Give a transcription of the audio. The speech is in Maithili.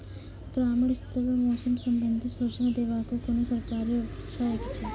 ग्रामीण स्तर पर मौसम संबंधित सूचना देवाक कुनू सरकारी व्यवस्था ऐछि?